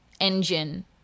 engine